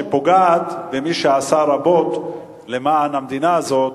שפוגעת במי שעשה רבות למען המדינה הזאת